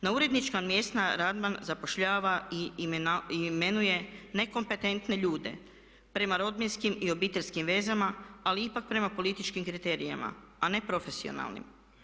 Na urednička mjesta Radman zapošljava i imenuje nekompetentne ljude prema rodbinskim i obiteljskim vezama ali i ipak prema političkim kriterijima a ne profesionalnim.